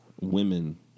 Women